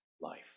life